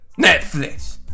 Netflix